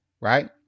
right